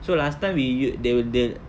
so last time we use~ the the